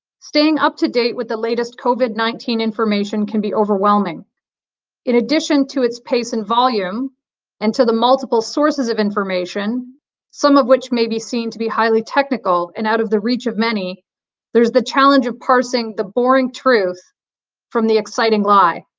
staying up to date with the latest covid nineteen information can be overwhelming in addition to its pace and volume and to the multiple sources of information some of which may be seen to be highly technical and out of the reach of many there's the challenge of parsing the boring truth from the exciting lie.